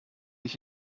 ich